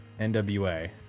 NWA